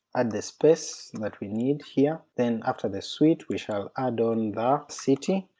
add the space that we need here, then after the suite we shall add on the city,